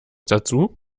dazu